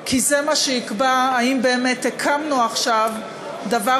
כי זה מה שיקבע אם באמת הקמנו עכשיו דבר